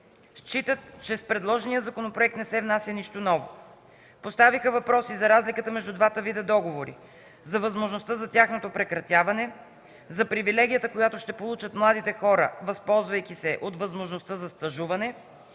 Считат, че с предложения законопроект не се внася нищо ново. Поставиха въпроси за разликата между двата вида договори; за възможността за тяхното прекратяване; за привилегията, която ще получат младите хора, възползвайки се от възможността за стажуване;